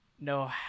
no